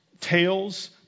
tails